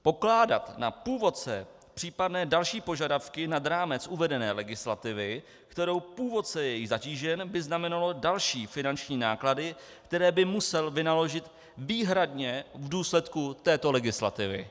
Pokládat na původce případné další požadavky nad rámec uvedené legislativy, kterou původce je zatížen, by znamenalo další finanční náklady, které by musel vynaložit výhradně v důsledku této legislativy.